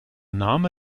name